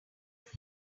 work